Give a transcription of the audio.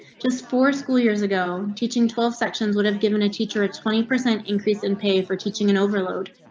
just for school years ago, teaching twelve sections would have given a teacher at twenty percent increase in pay for teaching and overload.